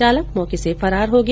चालक मौके से फरार हो गया